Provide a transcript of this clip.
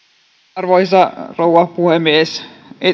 arvoisa rouva puhemies